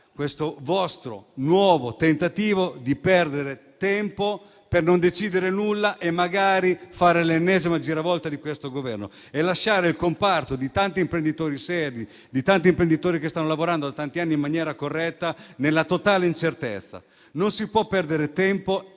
questo vostro nuovo tentativo di perdere tempo per non decidere nulla e magari fare l'ennesima giravolta del Governo, lasciando il comparto fatto di tanti imprenditori seri, che stanno lavorando da tanti anni in maniera corretta, nella totale incertezza. Non si può perdere altro